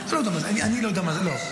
אני לא יודע מה זה.